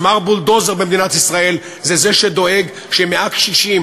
אז מר בולדוזר במדינת ישראל זה זה שדואג כי 100 קשישים